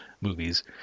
movies